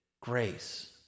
grace